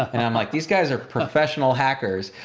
and i'm like, these guys are professional hackers.